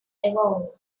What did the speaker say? evolve